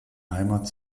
heimat